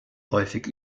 häufig